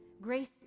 Grace